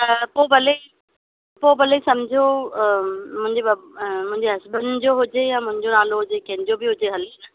त पोइ भले पोइ भले सम्झो मुंहिंजे ब मुंहिंजे हसबैंड जो हुजे या मुंहिंजो नालो हुजे कंहिंजो बि हुजे हले न